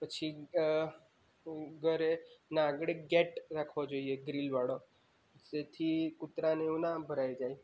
પછી હું ઘરે ના આગળ એક ગેટ રાખવો જોઈએ ગ્રીલવાળો જેથી કુતરાને એવું ના ભરાઈ જાય